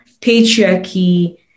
patriarchy